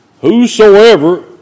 Whosoever